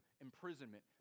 imprisonment